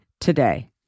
today